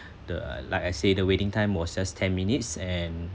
the like I say the waiting time was just ten minutes and